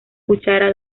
cuchara